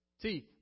teeth